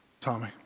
Tommy